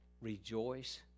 rejoice